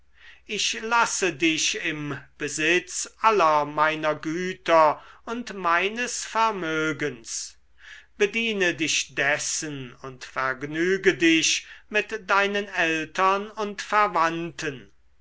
ich lasse dich im besitz aller meiner güter und meines vermögens bediene dich dessen und vergnüge dich mit deinen eltern und verwandten